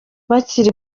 bakiri